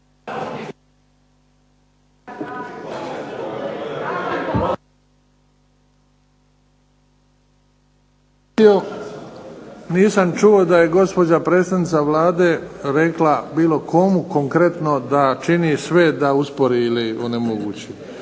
nisam čuo da je gospođa predsjednica Vlade rekla bilo komu konkretno da čini sve da uspori ili onemogući.